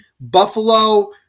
Buffalo